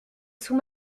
sous